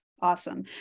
Awesome